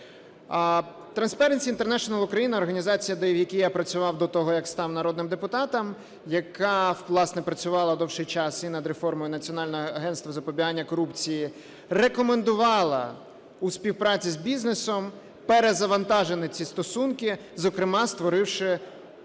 "Трансперенсі Інтернешнл Україна", організація, в якій я працював до того, як став народним депутатом, яка, власне, працювала довгий час і над реформою Національного агентства запобігання корупції, рекомендувала у співпраці з бізнесом перезавантажити ці стосунки, зокрема, створивши